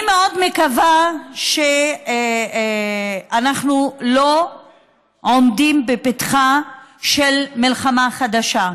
אני מאוד מקווה שאנחנו לא עומדים בפתחה של מלחמה חדשה.